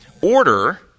order